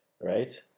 right